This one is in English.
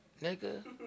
Nigga